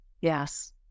Yes